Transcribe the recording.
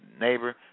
neighbor